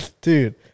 Dude